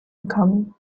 coming